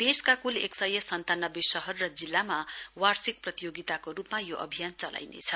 देशका कूल एकसय सन्तानब्बे शहर र जिल्लामा वार्षिक प्रतियोगिताको रूपमा यो अभियान चलाइनेछ